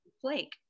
flake